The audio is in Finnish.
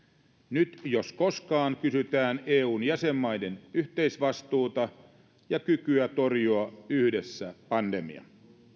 nyt jos koskaan kysytään eun jäsenmaiden yhteisvastuuta ja kykyä torjua yhdessä pandemia